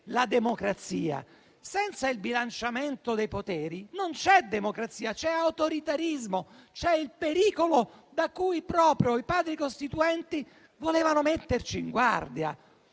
la democrazia? Senza il bilanciamento dei poteri non c'è democrazia, c'è autoritarismo, c'è il pericolo da cui proprio i Padri costituenti volevano metterci in guardia.